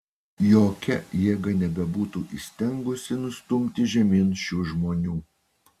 jokia jėga nebebūtų įstengusi nustumti žemyn šių žmonių